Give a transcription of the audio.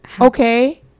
okay